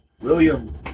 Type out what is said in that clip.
William